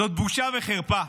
זאת בושה וחרפה.